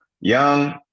young